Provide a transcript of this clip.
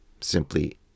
simply